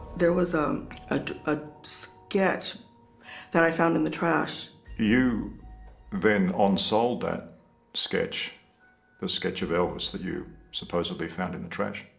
there was um and a sketch that i found in the trash you then unsold that sketch the sketch of elvis that you supposedly found in the trash.